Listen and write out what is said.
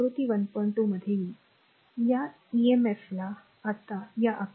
2 मध्ये येईल या ईएमएफला आता या आकृती 1